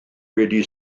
wedi